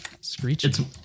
screeching